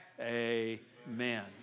amen